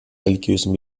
religiösen